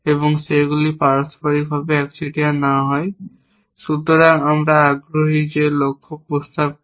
এবং সেগুলি পারস্পরিকভাবে একচেটিয়া না হয়। সুতরাং আমরা আগ্রহী যে লক্ষ্য প্রস্তাব কি